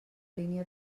línia